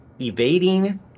evading